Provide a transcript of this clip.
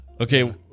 Okay